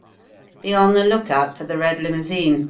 be on the lookout for the red limousine,